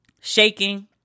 shaking